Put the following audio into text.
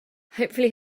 hopefully